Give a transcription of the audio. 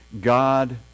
God